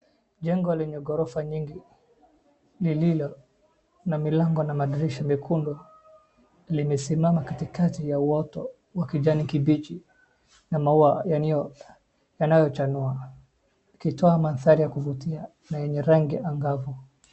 Jengo lenye ghorofa nyingi lililo na milango na madirisha mekundu limesimama katikati ya uoto wa kijani kibichi na maua yanayochanua, ikitoa mandhari ya kuvutia na yenye rangi angavu.